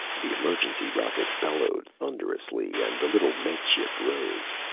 the emergency rocket bellowed thunderously and the little med ship rose.